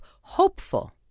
hopeful